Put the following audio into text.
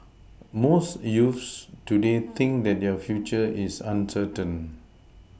most youths today think that their future is uncertain